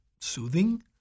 soothing